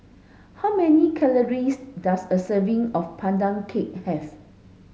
how many calories does a serving of Pandan cake have